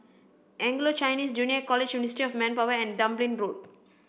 Anglo Chinese Junior College Ministry of Manpower and Dublin Road